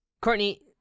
Courtney